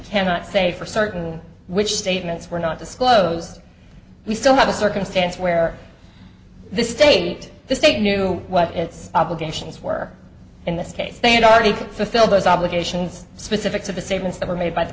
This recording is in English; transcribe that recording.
cannot say for certain which statements were not disclosed we still have a circumstance where the state the state knew what its obligations were in this case they had already fulfilled those obligations specifics of the statements that were made by the